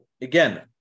again